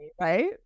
right